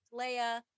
Leia